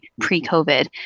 pre-COVID